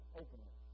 openly